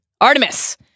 Artemis